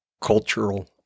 cultural